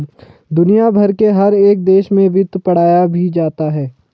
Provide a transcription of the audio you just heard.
दुनिया भर के हर एक देश में वित्त पढ़ाया भी जाता है